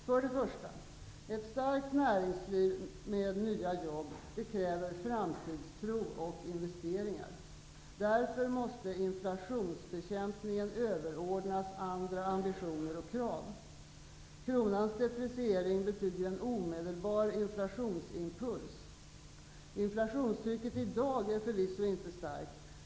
För det första: Ett starkt näringsliv med nya jobb kräver framtidstro och investeringar. Därför måste inflationsbekämpningen överordnas andra ambitioner och krav. Kronans depreciering betyder en omedelbar inflationsimpuls. Inflationstrycket i dag är förvisso inte starkt.